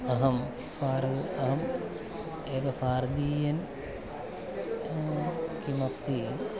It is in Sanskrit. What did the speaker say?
अहं भार् अहं एकः भारतीयः किमस्ति